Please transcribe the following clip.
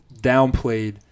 downplayed